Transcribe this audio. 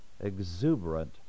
exuberant